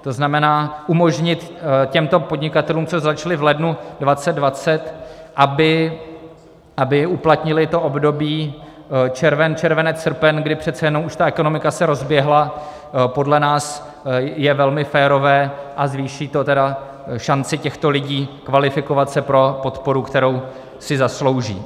To znamená, umožnit těmto podnikatelům, co začali v lednu 2020, aby uplatnili to období červen, červenec, srpen, kdy přece jenom už ta ekonomika se rozběhla, podle nás je velmi férové a zvýší to tedy šanci těchto lidí kvalifikovat se pro podporu, kterou si zaslouží.